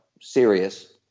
serious